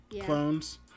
clones